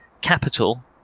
capital